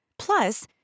Plus